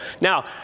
Now